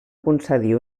concedir